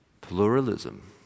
pluralism